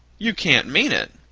you can't mean it!